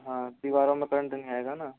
हाँ दीवारो में करंट नहीं आएगा ना